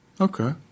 Okay